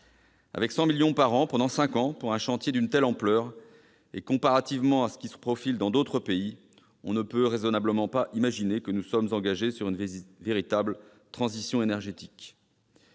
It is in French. Avec 100 millions d'euros par an, pendant cinq ans, pour un chantier d'une telle ampleur, et comparativement à ce qui se profile dans d'autres pays, on ne peut raisonnablement pas imaginer que nous sommes engagés vers une véritable transition énergétique.